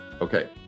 Okay